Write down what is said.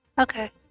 Okay